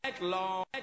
long